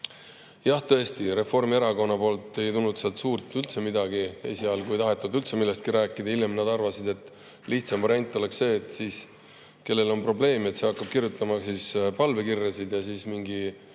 Jah, tõesti, Reformierakonna poolt ei tulnud sealt suurt üldse midagi. Esialgu ei tahetud üldse millestki rääkida, hiljem nad arvasid, et lihtsam variant oleks see, et kellel on probleem, see hakkab kirjutama palvekirjasid. Siis